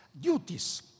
Duties